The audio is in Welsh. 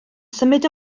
symud